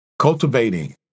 cultivating